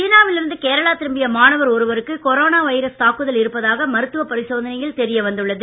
சீனா விலிருந்து கேரளா திரும்பிய மாணவர் ஒருவருக்கு கொரோனா வைரஸ் தாக்குதல் இருப்பதாக மருத்துவ பரிசோதனையில் தெரிய வந்துள்ளது